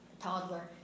toddler